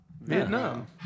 Vietnam